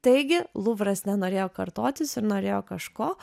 taigi luvras nenorėjo kartotis ir norėjo kažko